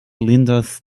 lindas